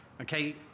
Okay